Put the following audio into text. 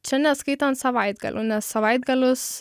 čia neskaitant savaitgalių nes savaitgalius